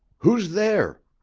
who's there?